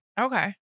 Okay